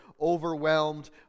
overwhelmed